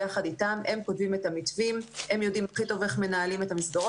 נותנים לך מחמאות פה,